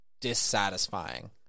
dissatisfying